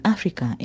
Africa